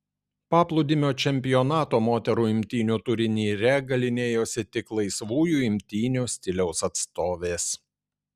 paplūdimio čempionato moterų imtynių turnyre galynėjosi tik laisvųjų imtynių stiliaus atstovės